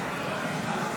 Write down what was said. נגד.